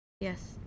yes